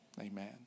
Amen